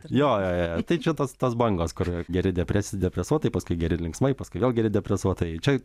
jo jo jo tai čia tas ts bangos kur geri depres depresuotai paskui geri linksmai paskui vėl geri depresuotai čia